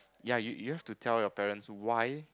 ya you you have to tell your parents why